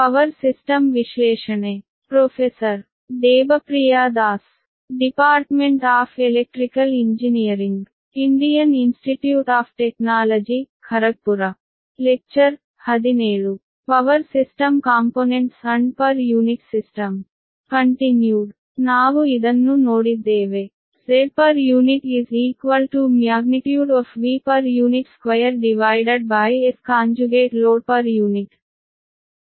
power system components and per unit system continued ಆದ್ದರಿಂದ ನಾವು ಇದನ್ನು ನೋಡಿದ್ದೇವೆ Zpu Vpu2Sload ಇದು ಸಮೀಕರಣ 15